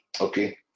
Okay